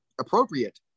appropriate